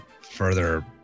further